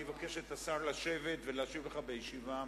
אני מבקש מהשר לשבת ולהשיב לך מהדוכן.